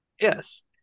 yes